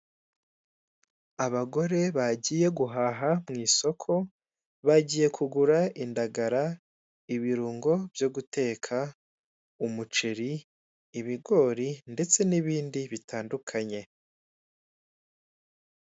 Abagore bagiye guhaha mu isoko. Bagiye kugura indagara, ibirungo byo guteka umuceri, ibigori ndetse n'ibindi bitandukanye.